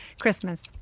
Christmas